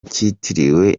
cyitiriwe